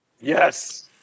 Yes